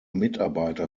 mitarbeiter